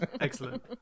excellent